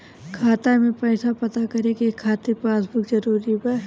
खाता में पईसा पता करे के खातिर पासबुक जरूरी बा?